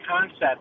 concept